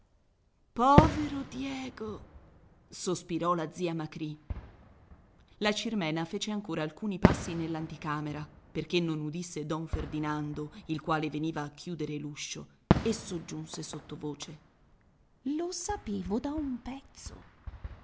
povero diego sospirò la zia macrì la cirmena fece ancora alcuni passi nell'anticamera perché non udisse don ferdinando il quale veniva a chiuder l'uscio e soggiunse sottovoce lo sapevo da un pezzo